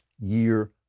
year